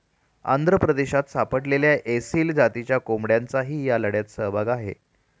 आंध्र प्रदेशात सापडलेल्या एसील जातीच्या कोंबड्यांचाही या लढ्यात सहभाग आहे